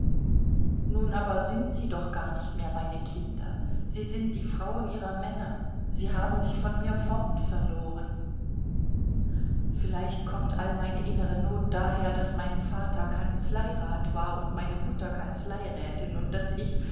nun aber sind sie doch gar nicht mehr meine kinder sie sind die frauen ihrer männer sie haben sich von mir fort verloren vielleicht kommt all meine innere not daher daß mein vater kanzleirat war und meine mutter kanzleirätin und daß ich